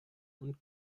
und